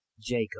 Jacob